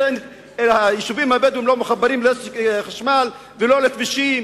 היישובים הבדואיים לא מחוברים לא לחשמל ולא לכבישים,